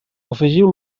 afegiu